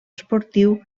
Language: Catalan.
esportiu